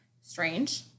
strange